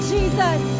Jesus